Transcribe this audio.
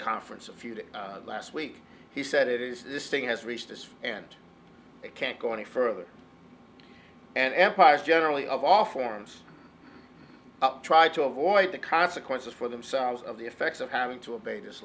conference a few days last week he said it is this thing has reached this and it can't go any further and empires generally of all forms up try to avoid the consequences for themselves of the effects of having to